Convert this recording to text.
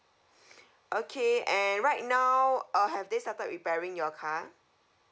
okay and right now uh have they started repairing your car